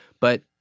But-